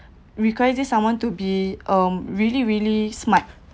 require someone to be um really really smart